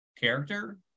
character